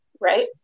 right